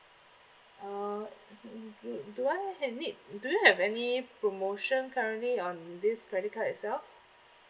uh do do I need do you have any promotion currently on this credit card itself